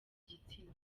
gitsina